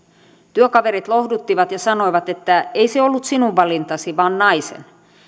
työkaverit lohduttivat ja sanoivat että ei se ollut sinun valintasi vaan naisen